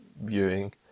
viewing